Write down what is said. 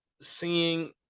seeing